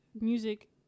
music